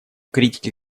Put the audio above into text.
критики